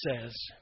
says